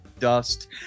dust